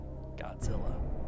Godzilla